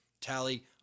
Tally